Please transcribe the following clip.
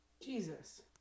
Jesus